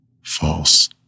False